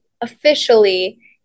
officially